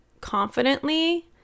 confidently